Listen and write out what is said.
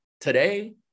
Today